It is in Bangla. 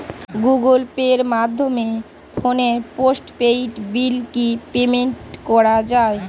গুগোল পের মাধ্যমে ফোনের পোষ্টপেইড বিল কি পেমেন্ট করা যায়?